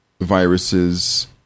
viruses